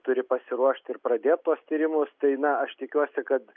turi pasiruošt ir pradėt tuos tyrimus tai na aš tikiuosi kad